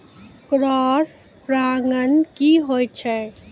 Cross परागण की होय छै?